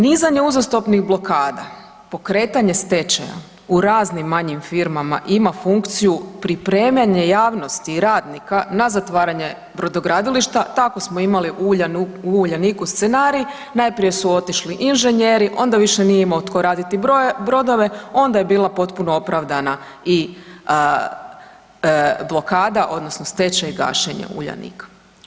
Nizanje uzastopnih blokada, pokretanje stečaja u raznim manjim firmama ima funkciju pripremanje javnosti i radnika na zatvaranje brodogradilišta, tako samo imali u Uljaniku scenarij, najprije su otišli inženjeri, onda više nije imao tko raditi brodove onda je bila potpuno opravdana i blokada odnosno stečaj i gašenje Uljanika.